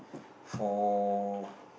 for